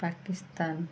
Pakistan